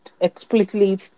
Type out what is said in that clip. explicitly